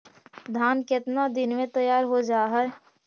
धान केतना दिन में तैयार हो जाय है?